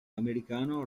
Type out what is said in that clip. americano